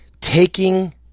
taking